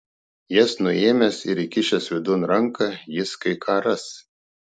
jas nuėmęs ir įkišęs vidun ranką jis kai ką ras